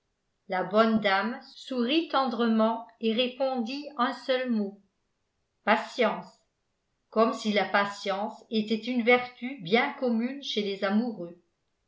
la bonne dame sourit tendrement et répondit un seul mot patience comme si la patience était une vertu bien commune chez les amoureux